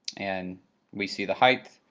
and we see the height,